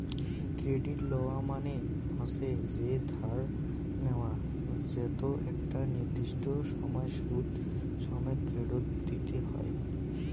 credit লওয়া মানে হসে যে ধার নেয়া যেতো একটা নির্দিষ্ট সময় সুদ সমেত ফেরত দিতে হই